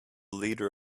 leader